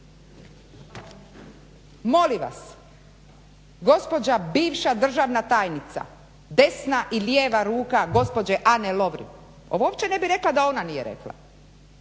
Molim vas, gospođa bivša državna tajnica desna i lijeva ruka gospođe Ane Lovrin ovo uopće ne bih reka da ona nije rekla